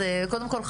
הוועדה: קודם כול,